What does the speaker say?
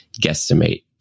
guesstimate